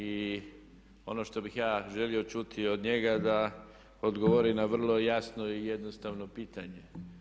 I ono što bih ja želio čuti od njega da odgovori na vrlo jasno i jednostavno pitanje.